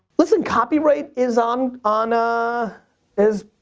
listen copyright is on, on, ah is,